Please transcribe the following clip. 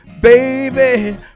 Baby